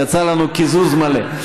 יצא לנו קיזוז מלא.